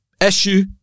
Issue